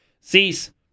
cease